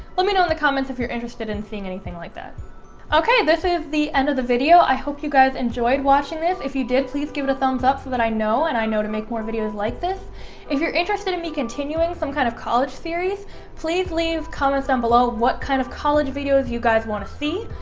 let me know in the comments if you're interested in seeing anything like that okay, this is the end of the video. i hope you guys enjoyed watching this. if you did, please give it a thumbs up so that i know and i know to make more videos like this if you're interested in me continuing some kind of college series please leave comments down below. what kind of college videos you guys want to see?